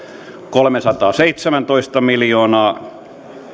kolmesataaseitsemäntoista miljoonaa